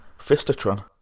Fistatron